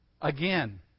Again